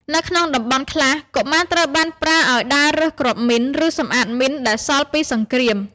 នៅក្នុងតំបន់ខ្លះ កុមារត្រូវបានប្រើឱ្យដើររើសគ្រាប់មីន ឬសម្អាតមីនដែលសល់ពីសង្គ្រាម។